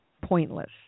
pointless